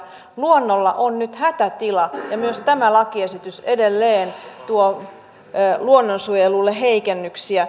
luonnolla on nyt hätätila ja myös tämä lakiesitys edelleen tuo luonnonsuojelulle heikennyksiä